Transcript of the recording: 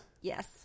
Yes